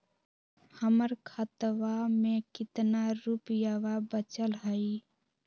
हमर खतवा मे कितना रूपयवा बचल हई?